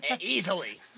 easily